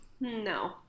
no